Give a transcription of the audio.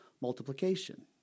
multiplication